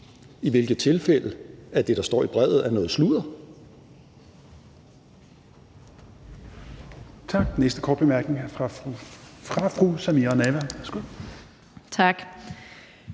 og i det tilfælde er det, der står i brevet, noget sludder.